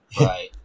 Right